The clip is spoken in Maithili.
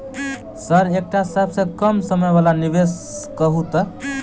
सर एकटा सबसँ कम समय वला निवेश कहु तऽ?